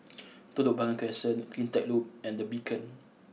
Telok Blangah Crescent Cleantech Loop and The Beacon